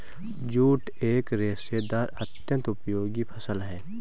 jute एक रेशेदार अत्यन्त उपयोगी फसल है